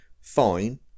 fine